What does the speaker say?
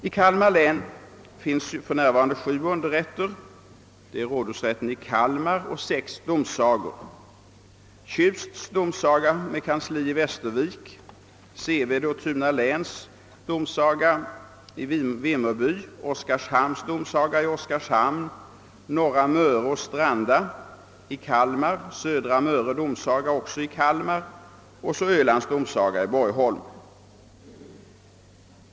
I Kalmar län finns för närvarande sju underrätter, nämligen rådhusrätten i Kalmar och sex domsagor. Tjusts domsaga har kansli i Västervik, Sevede och Tunaläns domsaga i Vimmerby, Oskarshamns domsaga i Oskarshamn, Norra Möre och Stranda domsaga i Kalmar, Södra Möre domsaga också i Kalmar och Ölands domsaga i Borgholm.